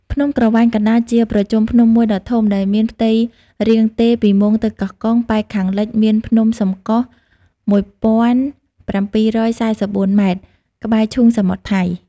ភ្នំក្រវាញកណ្តាល ជាប្រជុំភ្នំមួយដ៏ធំ ដែលមានផ្ទៃរាងទេរពីមោងទៅកោះកុង ប៉ែកខាងលិចមាន ភ្នំសំកុះ ១ ៧៤៤ ម៉ែត្រ ក្បែរឈូងសមុទ្រថៃ ។